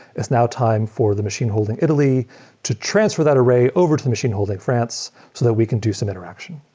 it's now time for the machine holding italy to transfer that array over to the machine holding france so that we can do some interaction.